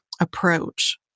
approach